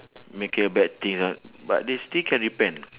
making a bad thing lah but this thing can repent